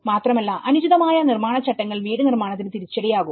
മാത്രമല്ല അനുചിതമായ നിർമ്മാണ ചട്ടങ്ങൾ വീട് നിർമ്മാണത്തിന് തിരിച്ചടിയാകും